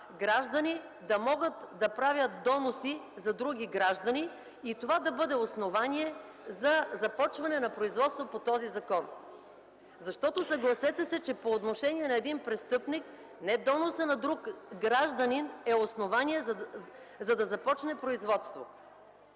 граждани да могат правят доноси за други граждани и това да бъде основание за започване на производство по този закон. Съгласете се, че по отношение на един престъпник не доносът на друг гражданин е основание, за да започне производство.